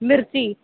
مرچی